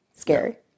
scary